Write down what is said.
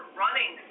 running